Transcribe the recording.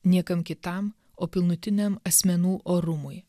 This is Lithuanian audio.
niekam kitam o pilnutiniam asmenų orumui